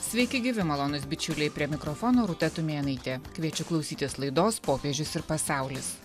sveiki gyvi malonūs bičiuliai prie mikrofono rūta tumėnaitė kviečiu klausytis laidos popiežius ir pasaulis